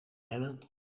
hebben